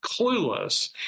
Clueless